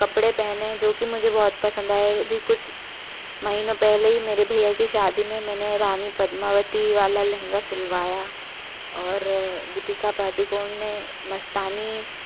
कपड़े पहने हैं जो कि मुझे बहुत पसंद आए अभी कुछ महीनों पहले ही मेरे भैया की शादी में मैंने रानी पद्मावती वाला लहंगा सिलवाया और दीपिका पादुकोण ने मस्तानी